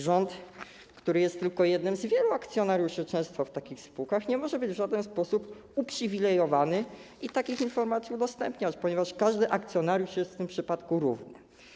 Rząd, który jest tylko jednym z wielu akcjonariuszy, często w takich spółkach nie może być w żaden sposób uprzywilejowany i takich informacji udostępniać, ponieważ każdy akcjonariusz jest w tym przypadku równy.